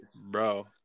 Bro